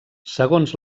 segons